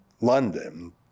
London